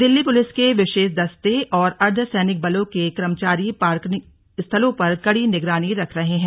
Delhi police के विशेष दस्ते और अर्द्धसैनिक बलों के कर्मचारी पार्किंग स्थालों पर कड़ी निगरानी रख रहे हैं